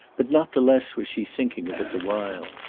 but not the less was she thinking of it the while.